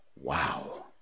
Wow